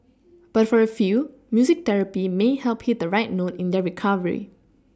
but for a few music therapy may help hit the right note in their recovery